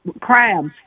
crabs